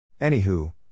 Anywho